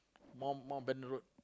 mount Mountbatten road